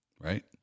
right